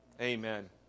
Amen